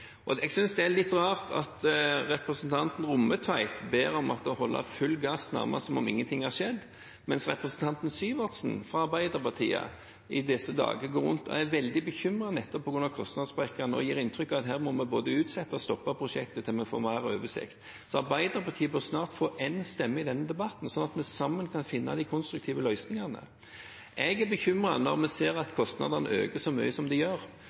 Jeg synes det er litt rart at representanten Rommetveit ber om at det blir gitt full gass, nærmest som om ingenting har skjedd, mens representanten Sivertsen, fra Arbeiderpartiet, i disse dager går rundt og er veldig bekymret nettopp på grunn av kostnadssprekkene og gir inntrykk av at vi må både utsette og stoppe prosjektet til vi får mer oversikt. Så Arbeiderpartiet bør snart få én stemme i denne debatten, sånn at vi sammen kan finne de konstruktive løsningene. Jeg er bekymret når vi ser at kostnadene øker så mye som de gjør.